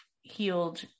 healed